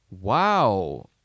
Wow